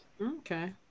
okay